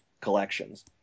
collections